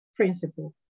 Principle